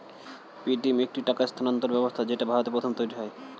Paytm একটি টাকা স্থানান্তর ব্যবস্থা যেটা ভারতে প্রথম তৈরী হয়